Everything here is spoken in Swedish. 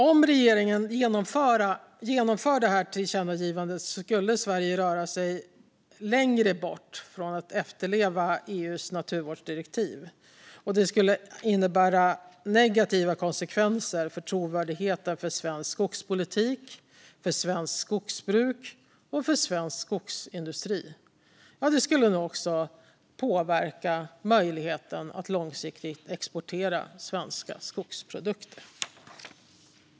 Om regeringen genomför tillkännagivandet skulle Sverige röra sig längre bort från att efterleva EU:s naturvårdsdirektiv, och det skulle innebära negativa konsekvenser för trovärdigheten för svensk skogspolitik, för svenskt skogsbruk och för svensk skogsindustri. Det skulle också påverka möjligheten att långsiktigt exportera svenska skogsprodukter.